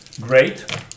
Great